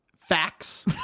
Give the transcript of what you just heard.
Facts